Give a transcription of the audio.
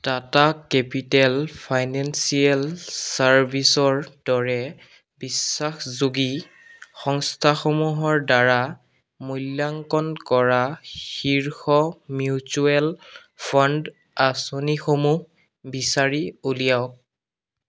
Tata Capital Financial চাৰ্ভিছৰ দৰে বিশ্বাসযোগী সংস্থাসমূহৰ দ্বাৰা মূল্যাংকন কৰা শীৰ্ষ মিউচুৱেল ফাণ্ড আঁচনিসমূহ বিচাৰি উলিয়াওক